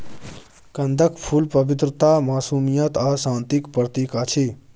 कंदक फुल पवित्रता, मासूमियत आ शांतिक प्रतीक अछि